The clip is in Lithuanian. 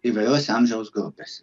įvairiose amžiaus grupėse